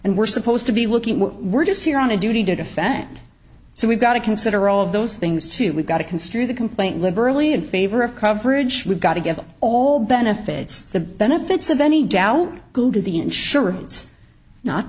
and we're supposed to be looking we're just here on a duty to defend so we've got to consider all of those things too we've got to construe the complaint liberally in favor of coverage we've got to give them all benefits the benefits of any doubt go to the insurance no